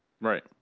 right